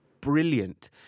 brilliant